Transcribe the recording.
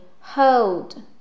hold